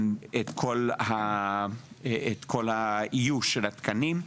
את כל האיוש של התקנים.